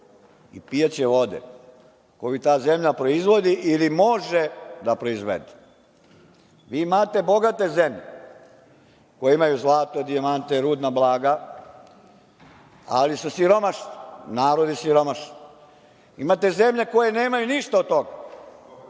i pojaće vode koju ta zemlja proizvodi ili može da proizvede. Imate bogate zemlje koje imaju zlato, dijamante, rudna blaga, ali su siromašni. Narod je siromašan. Imate zemlje koje nemaju ništa od toga,